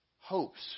hopes